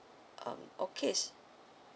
um okay's